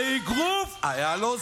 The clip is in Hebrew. לאגרוף היה לו זמן.